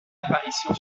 apparition